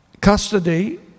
custody